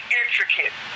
intricate